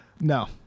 no